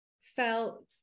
felt